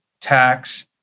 tax